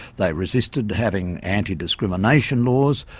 they resisted having anti discrimination laws,